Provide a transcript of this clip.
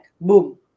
Boom